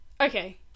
Okay